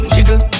Jiggle